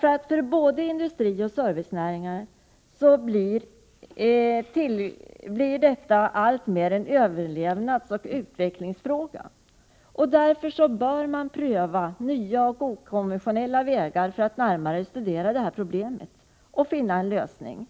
För både industrioch servicenäringar blir detta alltmer en överlevnadsoch utvecklingsfråga. Därför bör man pröva nya och okonventionella vägar för att närmare studera problemen och finna en lösning.